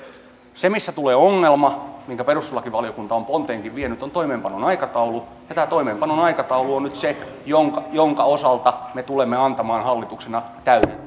se missä tulee ongelma minkä perustuslakivaliokunta on ponteenkin vienyt on toimeenpanon aikataulu ja tämä toimeenpanon aikataulu on nyt se jonka jonka osalta me tulemme antamaan hallituksena